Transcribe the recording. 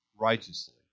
righteously